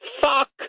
Fuck